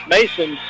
Mason